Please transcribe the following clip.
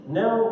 now